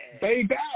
baby